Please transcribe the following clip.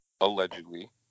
allegedly